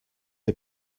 der